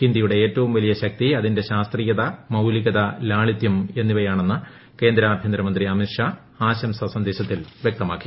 ഹിന്ദിയുടെ ഏറ്റവും വലിയ ശക്തി അതിന്റെ ശാസ്ത്രീയത മൌലിക്ത് ് ലാളിത്യം എന്നിവയാണെന്ന് കേന്ദ്ര ആഭ്യന്തരമന്ത്രി അമിത് ഷാ ആശംസാ സന്ദേശത്തിൽ വ്യക്തമാക്കി